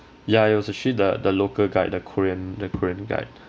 ya it was actually the the local guide the korean the korean guide